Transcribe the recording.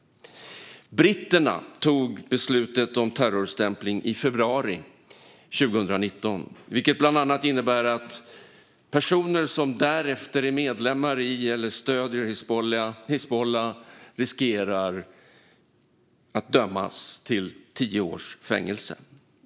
Britterna tog beslutet om terrorstämpling i februari 2019, vilket bland annat innebär att personer som därefter är medlemmar i eller stöder Hizbullah riskerar att dömas till tio år fängelse.